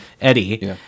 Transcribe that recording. Eddie